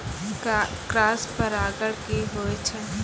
Cross परागण की होय छै?